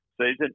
season